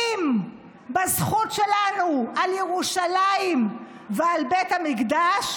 בזכות שלנו על ירושלים ועל בית המקדש,